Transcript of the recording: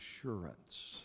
assurance